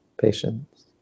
Patience